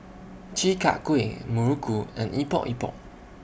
Chi Kak Kuih Muruku and Epok Epok